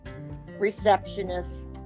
receptionist